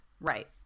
Right